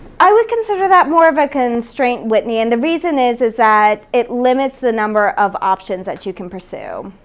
i would consider that more of a constraint, whitney, and the reason is is that it limits the number of options that you can pursue,